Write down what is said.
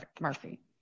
Murphy